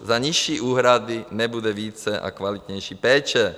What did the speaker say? Za nižší úhrady nebude více a kvalitnější péče.